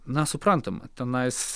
na suprantama tenais